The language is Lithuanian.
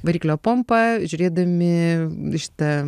variklio pompą žiūrėdami šitą